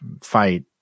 fight